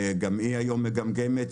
גם היא היום מגמגמת.